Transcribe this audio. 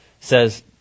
says